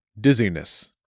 Dizziness